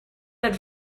are